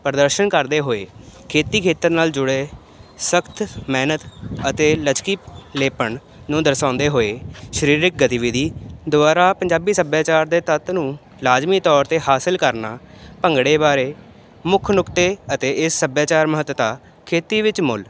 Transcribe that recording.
ਪ੍ਰਦਰਸ਼ਨ ਕਰਦੇ ਹੋਏ ਖੇਤੀ ਖੇਤਰ ਨਾਲ ਜੁੜੇ ਸਖਤ ਮਿਹਨਤ ਅਤੇ ਲਚਕੀਲੇਪਣ ਨੂੰ ਦਰਸਾਉਂਦੇ ਹੋਏ ਸਰੀਰਿਕ ਗਤੀਵਿਧੀ ਦੁਆਰਾ ਪੰਜਾਬੀ ਸੱਭਿਆਚਾਰ ਦੇ ਤੱਤ ਨੂੰ ਲਾਜ਼ਮੀ ਤੌਰ 'ਤੇ ਹਾਸਿਲ ਕਰਨਾ ਭੰਗੜੇ ਬਾਰੇ ਮੁੱਖ ਨੁਕਤੇ ਅਤੇ ਇਸ ਸੱਭਿਆਚਾਰ ਮਹੱਤਤਾ ਖੇਤੀ ਵਿੱਚ ਮੁੱਲ